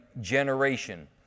generation